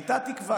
הייתה תקווה,